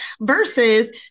versus